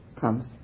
comes